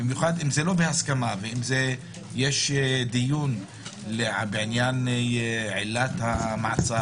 במיוחד אם זה לא בהסכמה ואם יש דיון בעניין עילת המעצר,